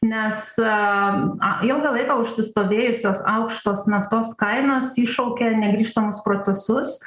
nes a ilgą laiką užsistovėjusios aukštos naftos kainos iššaukė negrįžtamus procesus